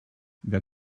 wer